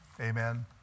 Amen